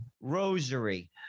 rosary